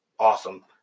awesome